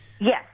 Yes